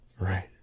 Right